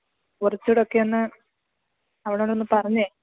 കുറച്ചും കൂടെ ഒക്കെ ഒന്ന് അവളോടൊന്ന് പറഞ്ഞെ